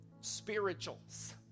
Spirituals